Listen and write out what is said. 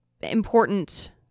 important